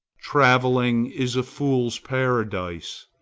travelling is a fool's paradise.